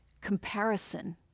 Comparison